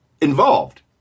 involved